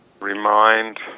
remind